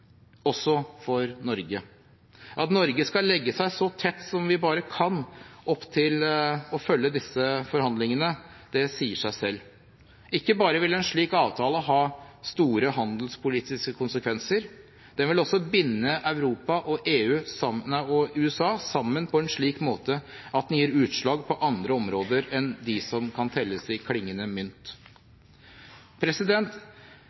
også for Norge. At Norge skal legge seg så tett som vi bare kan opp til å følge disse forhandlingene, sier seg selv. Ikke bare vil en slik avtale ha store handelspolitiske konsekvenser, den vil også binde Europa og USA sammen på en slik måte at den gir utslag på andre områder enn de som kan telles i klingende mynt